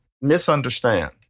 misunderstand